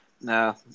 No